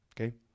Okay